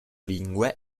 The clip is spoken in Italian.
lingue